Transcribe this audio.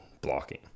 blocking